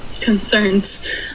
concerns